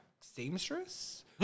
seamstress